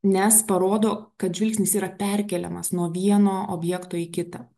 nes parodo kad žvilgsnis yra perkeliamas nuo vieno objekto į kitą